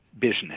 business